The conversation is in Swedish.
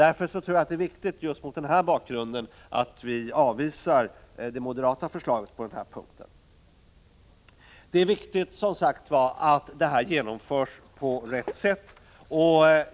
Just mot denna bakgrund tror jag att det är viktigt att vi avvisar det moderata förslaget på den punkten. Det är som sagt viktigt att uppdragsutbildningen genomförs på rätt sätt.